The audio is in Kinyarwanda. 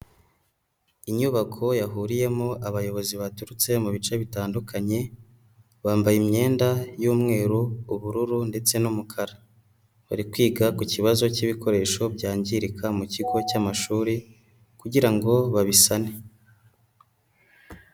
Inyubako yahuriyemo abayobozi baturutse mu bice bitandukanye, bambaye imyenda y'umweru, ubururu, ndetse n'umukara bari kwiga ku kibazo k'ibikoresho byangirika mu kigo cy'amashuri kugira ngo babisane.